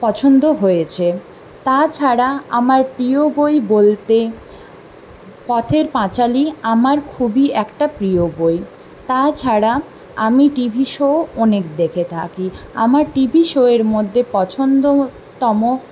পছন্দ হয়েছে তা ছাড়া আমার প্রিয় বই বলতে পথের পাঁচালী আমার খুবই একটা প্রিয় বই তাছাড়া আমি টিভি শো অনেক দেখে থাকি আমার টিভি শোয়ের মধ্যে পছন্দ তম